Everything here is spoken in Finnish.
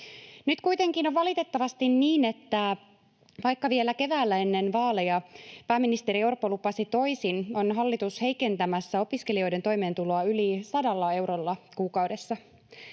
Nyt kuitenkin on valitettavasti niin, että vaikka vielä keväällä ennen vaaleja pääministeri Orpo lupasi toisin, on hallitus heikentämässä opiskelijoiden toimeentuloa yli sadalla eurolla kuukaudessa.